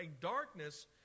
darkness